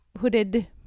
hooded